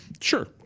sure